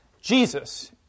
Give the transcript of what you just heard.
Jesus